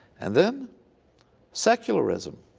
and then secularism